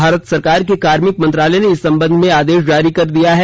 भारत सरकार के कार्मिक मंत्रालय ने इस संबंध में आदेश जारी कर दिया है